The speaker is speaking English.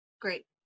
Great